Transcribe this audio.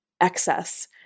excess